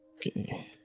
Okay